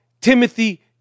Timothy